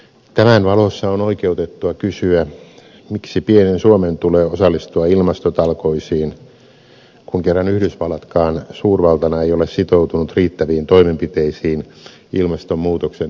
tämän valossa on oikeutettua kysyä miksi pienen suomen tulee osallistua ilmastotalkoisiin kun kerran yhdysvallatkaan suurvaltana ei ole sitoutunut riittäviin toimenpiteisiin ilmastonmuutoksen torjumiseksi